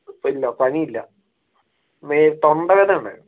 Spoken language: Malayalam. ഇല്ല പനിയില്ല മേ തൊണ്ടവേദന ഉണ്ടായിരുന്നു